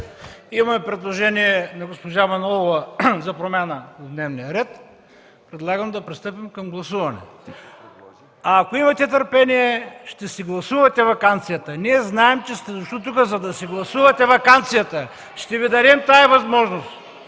имаме предложение на госпожа Манолова за промяна в него, предлагам да пристъпим към гласуване. Ако имате търпение, ще си гласувате ваканцията. Ние знаем, че сте дошли тук, за да си гласувате ваканцията. Ще Ви дадем тази възможност